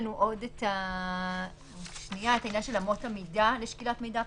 שנשארו הם העניין של אמות המידה לשקילת מידע פלילי,